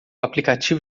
aplicativo